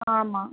ஆமாம்